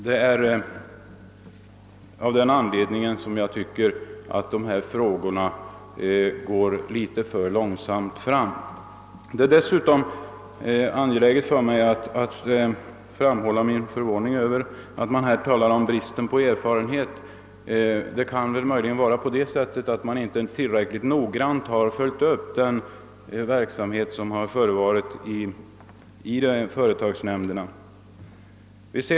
Detta är anledningen till att jag tycker att dessa frågor drivs litet för långsamt fram. Dessutom är det för mig angeläget att framhålla min förvåning över att man här talat om bristen på erfarenhet. Möjligen har man inte tillräckligt noggrant följt upp den verksamhet som förevarit i företagsnämnderna.